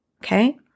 Okay